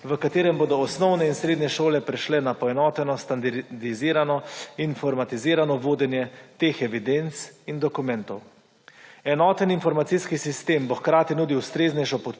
v katerem bodo osnovne in srednje šole prešle na poenoteno standardizirano, informatizirano vodenje teh evidenc in dokumentov. Enoten informacijski sistem bo hkrati nudil ustreznejše podporo